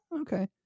okay